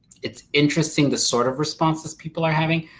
it's interesting the sort of responses people are having.